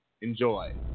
Enjoy